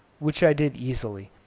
which i did easily.